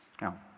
Now